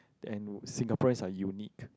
and Singaporeans are unique